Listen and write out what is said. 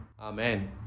Amen